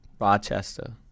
Rochester